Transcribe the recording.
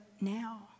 now